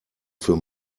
für